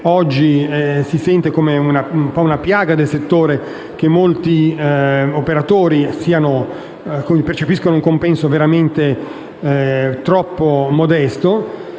oggi si sente come una piaga del settore il fatto che molti operatori percepiscano un compenso veramente troppo modesto.